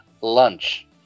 lunch